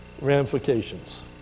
ramifications